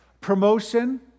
promotion